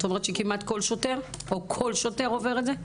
את אומרת שכל שוטר עובר את זה?